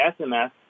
SMS